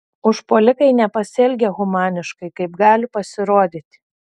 užpuolikai nepasielgė humaniškai kaip gali pasirodyti